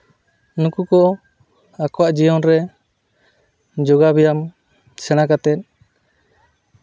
ᱱᱩᱠᱩ ᱠᱚ ᱟᱠᱚᱣᱟᱜ ᱡᱤᱭᱚᱱ ᱨᱮ ᱡᱳᱜᱟᱵᱮᱭᱟᱢ ᱥᱮᱬᱟ ᱠᱟᱛᱮᱫ